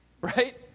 Right